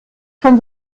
schon